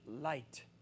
light